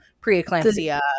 preeclampsia